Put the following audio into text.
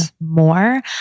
more